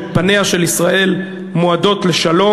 שפניה של ישראל מועדות לשלום.